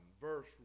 verse